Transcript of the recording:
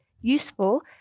useful